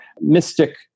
mystic